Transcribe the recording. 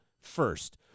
first